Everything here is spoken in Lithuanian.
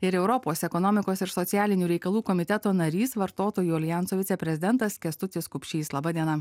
ir europos ekonomikos ir socialinių reikalų komiteto narys vartotojų aljanso viceprezidentas kęstutis kupšys laba diena